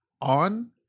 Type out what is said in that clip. on